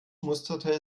musterte